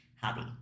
hobby